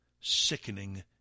sickening